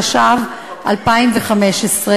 התשע"ו 2015,